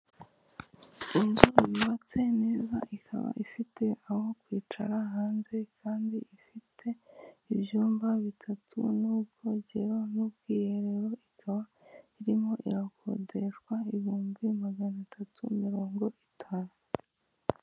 Inzu yubatse neza ikaba ifite aho kwicara hanze kandi ifite ibyumba bitatu n'ubwogero n'ubwiherero, ikaba irimo irakodeshwa ibihumbi magana atatu mirongo itanu.